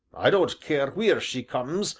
i don't care wheer she comes,